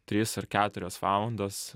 trys ar keturios valandos